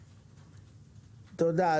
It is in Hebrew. תודה.